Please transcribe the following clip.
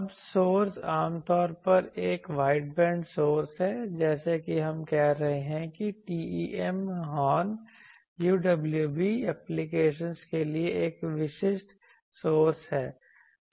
अब सोर्स आमतौर पर एक वाइडबैंड सोर्स है जैसा कि हम कह रहे हैं कि TEM हॉर्न UWB एप्लीकेशनस के लिए एक विशिष्ट सोर्स है